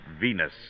Venus